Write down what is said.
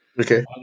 Okay